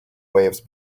waves